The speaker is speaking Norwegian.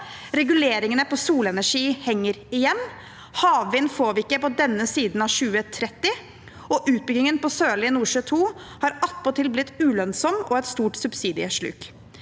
Reguleringene innenfor solenergi henger igjen. Havvind får vi ikke på denne siden av 2030, og utbyggingen på Sørlige Nordsjø II har attpåtil blitt ulønnsom og et stort subsidiesluk.